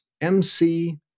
MC